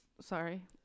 Sorry